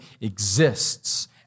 exists